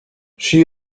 she